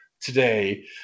today